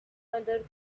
other